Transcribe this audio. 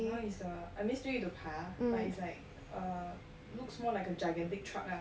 now is the I mean still need to 爬 but it's like uh looks more like a gigantic truck lah